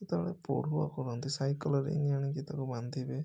ସେତେବେଳେ ପୋଢ଼ୁଅଂ କରନ୍ତି ସାଇକଲରେ ଘିନି ଆଣିକି ତାକୁ ବାନ୍ଧିବେ